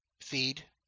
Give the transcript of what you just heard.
feed